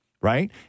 right